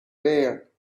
air